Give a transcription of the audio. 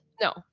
No